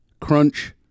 crunch